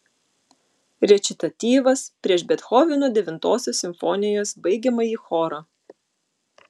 rečitatyvas prieš bethoveno devintosios simfonijos baigiamąjį chorą